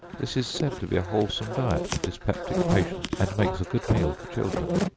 this is said to be a wholesome diet for dyspeptic patients, and makes a good meal for children.